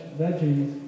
veggies